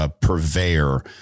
purveyor